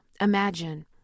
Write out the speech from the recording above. imagine